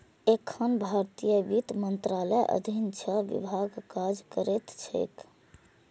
एखन भारतीय वित्त मंत्रालयक अधीन छह विभाग काज करैत छैक